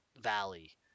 valley